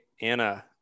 Anna